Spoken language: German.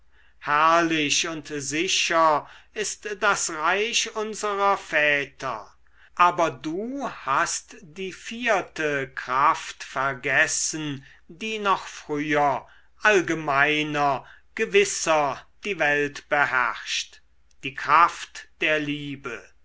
herrlich und sicher ist das reich unserer väter aber du hast die vierte kraft vergessen die noch früher allgemeiner gewisser die welt beherrscht die kraft der liebe